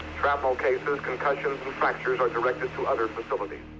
shrapnel cases, concussions, and fractures are directed to other facilities.